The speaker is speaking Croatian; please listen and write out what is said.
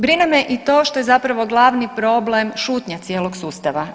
Brine me i to što je zapravo glavni problem šutnja cijelog sustava.